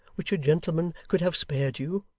which a gentleman could have spared you,